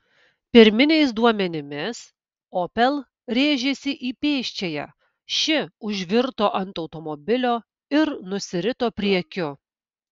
pirminiais duomenimis opel rėžėsi į pėsčiąją ši užvirto ant automobilio ir nusirito priekiu